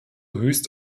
höchst